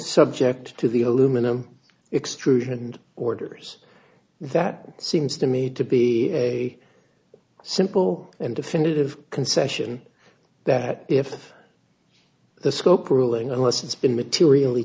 subject to the aluminum extrusion and orders that seems to me to be a simple and definitive concession that if the scope ruling unless it's been materially